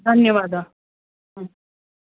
धन्यवादाः